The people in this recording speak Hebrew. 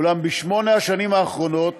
אולם בשמונה השנים האחרונות